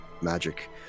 magic